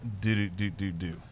Do-do-do-do-do